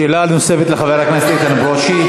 שאלה נוספת לחבר הכנסת איתן ברושי.